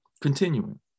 Continuing